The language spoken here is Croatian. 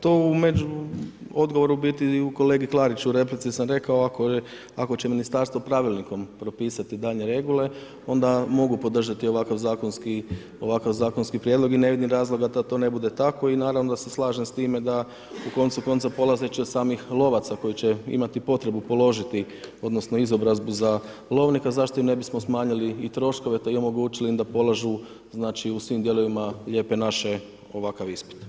To u biti odgovor kolegi Klariću, u replici sam rekao ako će ministarstvo pravilnikom propisati daljnje regule onda mogu podržati ovakav zakonski prijedlog i ne vidim razloga da to ne bude tako i naravno da se slažem s time da u koncu konca polazeći od samih lovaca koji će imati potrebu položiti odnosno izobrazbu za lovnika zašto im ne bismo smanjili i troškove i omogućili im da polažu znači u svim dijelovima lijepe naše ovakav ispit.